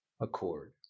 accord